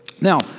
Now